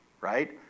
right